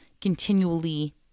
continually